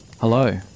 hello